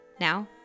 Now